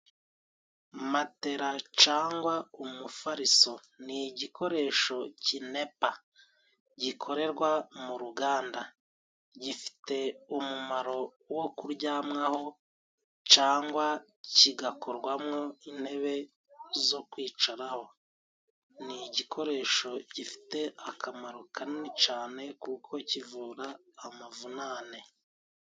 Matera cyangwa umufariso ni igikoresho kinepa, gikorerwa mu ruganda gifite umumaro wo kuryamaho, cyangwa kigakorwamwo intebe zo kwicaraho, ni gikoresho gifite akamaro kanini cyane kuko kivura amavunane.